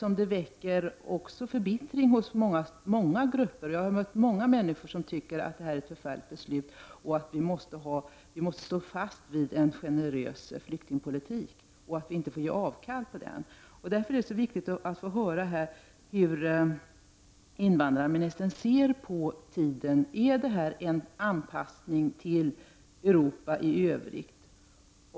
Samtidigt väcker detta också förbittring hos många grupper. Jag har mött många människor som tycker att detta är ett förfärligt beslut och att vi måste stå fast vid en generös flyktingpolitik och inte ge avkall på den. Därför är det viktigt att här få höra vad invandrarministern anser om tiden. Är detta en anpassning till Europa i övrigt?